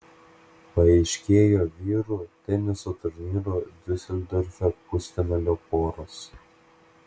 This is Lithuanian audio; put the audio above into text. paaiškėjo vyrų teniso turnyro diuseldorfe pusfinalio poros